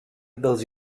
dels